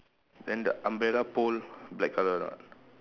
then the umbrella pole black colour or not